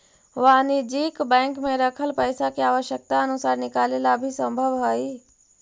वाणिज्यिक बैंक में रखल पइसा के आवश्यकता अनुसार निकाले ला भी संभव हइ